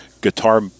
guitar